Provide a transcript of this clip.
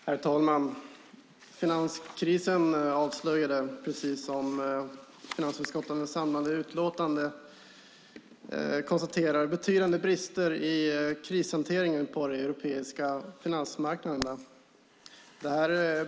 Herr talman! Finanskrisen avslöjade, precis som man konstaterar i finansutskottets utlåtande, betydande brister i krishanteringen på de europeiska finansmarknaderna.